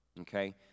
okay